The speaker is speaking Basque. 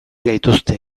gaituzte